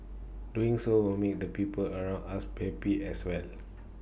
doing so will make the people around us happy as well